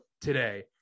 today